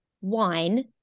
wine